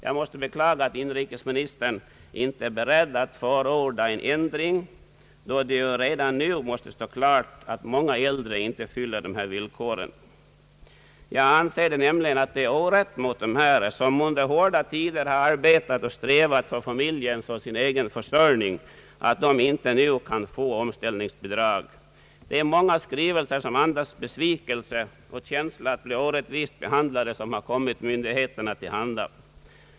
Jag måste beklaga att inrikesministern inte är beredd att förorda en ändring, då det redan nu måste stå klart att många äldre inte uppfyller dessa villkor. Jag anser det nämligen vara orätt mot dessa äldre, som under hårda tider har arbetat och strävat för familjens och sin egen försörjning, att de nu inte kan få omställningsbidrag. Många skrivelser som andas besvikelse och känsla att bli orättvist behandlad har kommit myndigheterna till handa.